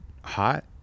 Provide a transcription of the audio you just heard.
hot